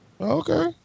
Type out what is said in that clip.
Okay